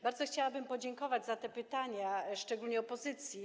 Bardzo chciałabym podziękować za te pytania, szczególnie opozycji.